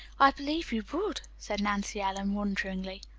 i believe you would, said nancy ellen, wonderingly.